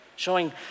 showing